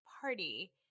party